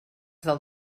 del